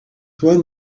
one